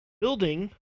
building